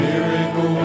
Miracle